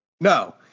No